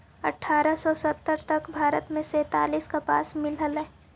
अट्ठारह सौ सत्तर तक भारत में सैंतालीस कपास मिल हलई